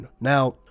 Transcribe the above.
Now